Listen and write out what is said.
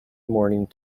morning